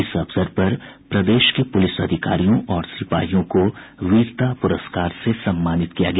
इस अवसर पर प्रदेश के पूलिस अधिकारियों और सिपाहियों को वीरता प्रस्कार से सम्मानित किया गया